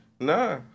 Nah